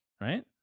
Right